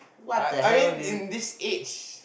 I I mean in this age